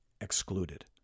excluded